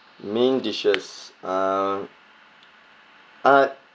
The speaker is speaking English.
main dishes uh ah